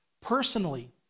personally